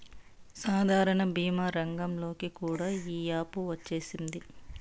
సాధారణ భీమా రంగంలోకి కూడా ఈ యాపు వచ్చేసింది